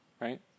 right